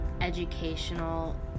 educational